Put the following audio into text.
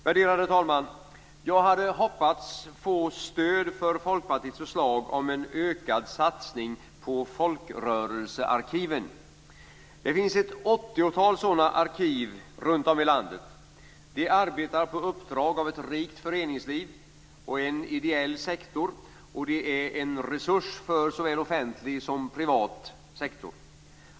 Värderade talman! Jag hade hoppats få stöd för Folkpartiets förslag om en ökad satsning på folkrörelsearkiven. Det finns ett åttiotal sådana arkiv runt om i landet. De arbetar på uppdrag av ett rikt föreningsliv och en ideell sektor, och de är en resurs för såväl offentlig som privat sektor.